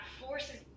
forces